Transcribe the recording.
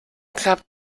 klappt